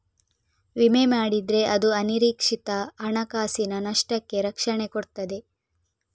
ವಿಮೆ ಮಾಡಿದ್ರೆ ಅದು ಅನಿರೀಕ್ಷಿತ ಹಣಕಾಸಿನ ನಷ್ಟಕ್ಕೆ ರಕ್ಷಣೆ ಕೊಡ್ತದೆ